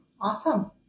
Awesome